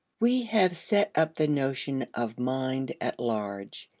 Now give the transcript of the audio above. we have set up the notion of mind at large,